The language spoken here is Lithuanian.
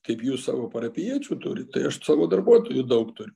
kaip jūs savo parapijiečių turit tai aš savo darbuotojų daug turiu